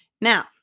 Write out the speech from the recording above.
Now